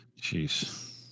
Jeez